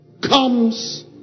comes